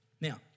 Now